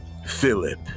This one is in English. Philip